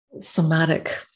somatic